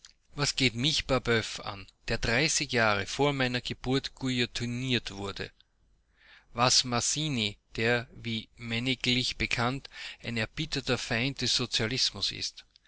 was geht mich babeuf an der dreißig jahre vor meiner geburt guillotiniert wurde was mazzini der wie männiglich bekannt ein erbitterter feind des sozialismus ist